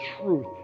truth